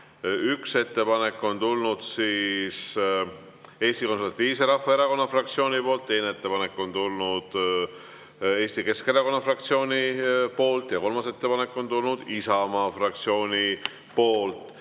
Üks ettepanek on tulnud Eesti Konservatiivse Rahvaerakonna fraktsioonilt, teine ettepanek on tulnud Eesti Keskerakonna fraktsioonilt ja kolmas ettepanek on tulnud Isamaa fraktsioonilt.